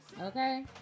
Okay